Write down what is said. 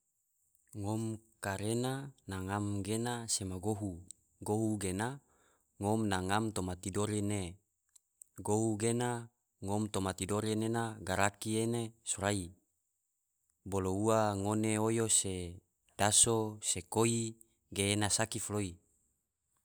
Ngom karena na ngam gena sema gohu, gohu gena ngom na ngam toma tidore ne, gohu gena ngom toma tidore nena garaki ene sorai, bolo ua ngone oyo se daso, se koi, ge ena saki foloi.